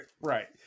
Right